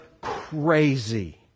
crazy